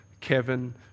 Kevin